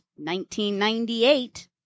1998